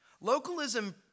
Localism